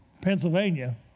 Pennsylvania